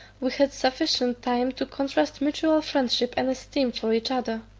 we had sufficient time to contrast mutual friendship and esteem for each other.